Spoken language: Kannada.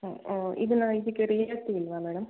ಹ್ಞೂ ಹ್ಞೂ ಇದನ್ನ ಇದಕ್ಕೆ ರಿಯಾಯಿತಿ ಇಲ್ಲವಾ ಮೇಡಮ್